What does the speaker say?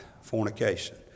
fornication